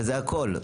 וזה הכל.